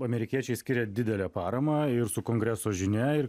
amerikiečiai skiria didelę paramą ir su kongreso žinia ir